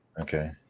Okay